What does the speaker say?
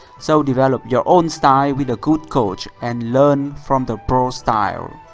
so develop your own style with a good coach, and learn from the pro's style.